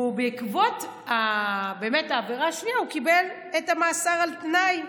בעקבות העבירה השנייה הוא קיבל מאסר על תנאי,